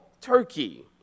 Turkey